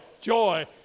joy